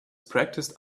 practiced